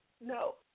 No